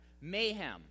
mayhem